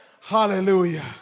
Hallelujah